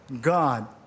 God